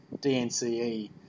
DNCE